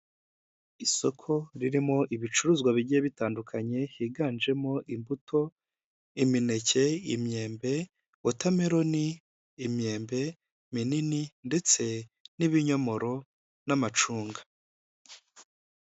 Isoko ririmo ibicuruzwa bigiye bitandukanye higanjemo imbuto, imineke, imyembe, wota meroni, imyembe minini ndetse n'ibinyomoro n'amacunga.